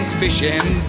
fishing